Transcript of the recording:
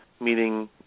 meaning